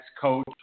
coach